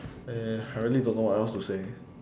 eh I really don't know what else to say